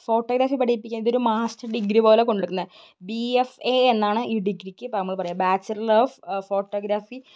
photography പഠിപ്പിക്കാൻ ഇതൊരു master degree പോലെയാണ് കൊണ്ടുവരുന്നത് ബി എഫ് എ എന്നാണ് ഈ ഡിഗ്രിക്ക് ഇപ്പോള് നമ്മള് പറയുക ബാച്ചിലർ ഓഫ് ഫോട്ടോഗ്രാഫി